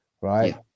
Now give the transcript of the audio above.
right